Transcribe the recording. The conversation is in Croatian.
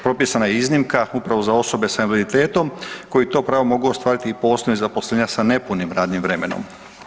Propisana je iznimka upravo za osobe s invaliditetom koji to pravo mogu ostvariti i po osnovi zaposlenja sa nepunim radnim vremenom.